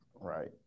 Right